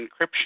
encryption